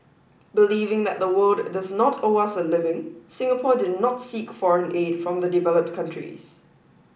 believing that the world does not owe us a living Singapore did not seek foreign aid from the developed countries